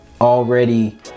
already